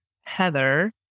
Heather